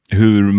hur